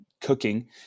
cooking